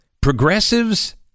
progressives